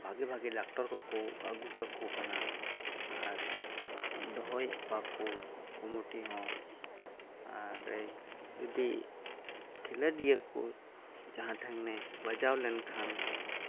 ᱵᱷᱟᱜᱤ ᱵᱷᱟᱜᱤ ᱰᱟᱠᱛᱟᱨ ᱠᱚᱠᱚ ᱟᱹᱜᱩ ᱠᱟᱠᱚ ᱠᱟᱱᱟ ᱟᱨ ᱫᱚᱦᱚᱭᱮᱫ ᱠᱚᱣᱟ ᱠᱚ ᱠᱚᱢᱤᱴᱤ ᱦᱚᱸ ᱟᱨ ᱡᱩᱫᱤ ᱠᱷᱮᱞᱳᱰᱤᱭᱟᱹ ᱠᱚ ᱡᱟᱦᱟᱸ ᱴᱷᱮᱱ ᱜᱮ ᱵᱟᱡᱟᱣ ᱞᱮᱱᱠᱷᱟᱱ